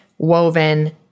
Woven